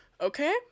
okay